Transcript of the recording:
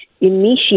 initiate